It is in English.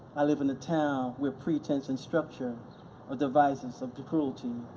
i live in a town where pretense and structure are devices of the cruelty,